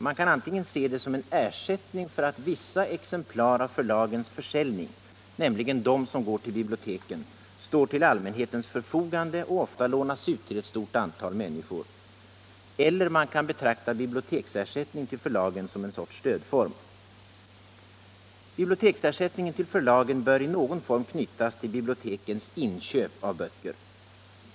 Man kan antingen se det som en ersättning för att vissa exemplar av förlagens försäljning, nämligen de som går till biblioteken, står till allmänhetens förfogande och ofta lånas ut till ett stort antal människor. Eller man kan betrakta biblioteksersättning till förlagen som en sorts stödform. Biblioteksersättningen till förlagen bör i någon form knytas till bibliotekens inköp av böcker.